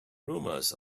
rumors